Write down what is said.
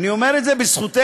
אני אומר את זה, בזכותך.